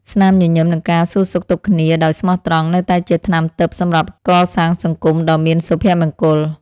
ស្នាមញញឹមនិងការសួរសុខទុក្ខគ្នាដោយស្មោះត្រង់នៅតែជាថ្នាំទិព្វសម្រាប់កសាងសង្គមដ៏មានសុភមង្គល។